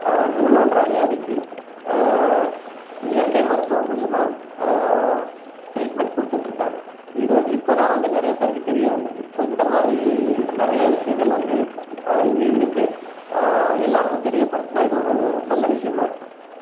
மூலம்ன்ற வியாதிக்கு இயற்கை மருத்துவம் மூலிமா ட்ரீட்மெண்ட் கொடுத்துட்ருக்காங்க இது வந்து இப்போ தான் வந்து நிறையா பேருக்கு தெரிய வந்துருக்குது ஸோ இந்த மாதிரி நிறைய விஷயங்கள் வந்து இங்கே இருக்குது எல்லோருக்கும் தெரியப்படுத்துனால் இது ஒரு நல்ல விஷயமா இருக்கும்